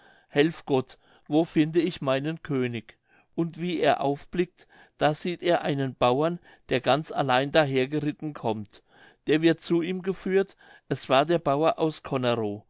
helf gott wo finde ich meinen könig und wie er aufblickt da sieht er einen bauern der ganz allein daher geritten kommt der wird zu ihm geführt es war der bauer aus